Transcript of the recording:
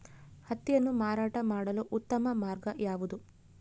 ಹತ್ತಿಯನ್ನು ಮಾರಾಟ ಮಾಡಲು ಉತ್ತಮ ಮಾರ್ಗ ಯಾವುದು?